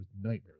nightmares